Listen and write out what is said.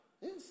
Yes